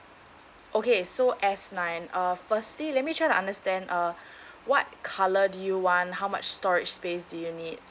okay so S nine uh firstly let me try to understand uh what colour do you want how much storage space do you need